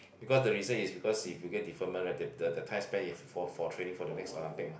because the reason is because if he get deferment right the the time spent in training is for for training the next Olympic mah